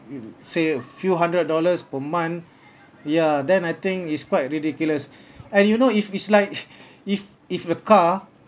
say a few hundred dollars per month ya then I think is quite ridiculous and you know if it's like if if the car